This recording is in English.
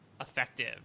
effective